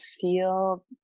feel